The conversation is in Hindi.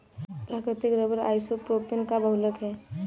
प्राकृतिक रबर आइसोप्रोपेन का बहुलक है